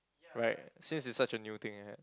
right since it's such a new thing